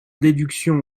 déduction